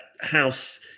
house